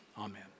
Amen